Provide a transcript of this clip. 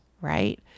right